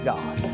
God